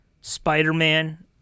Spider-Man